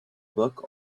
book